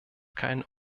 keinen